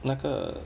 那个